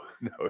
no